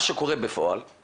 מה שקורה בפועל זה